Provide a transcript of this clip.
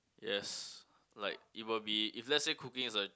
yes like it will be if let's say cooking is a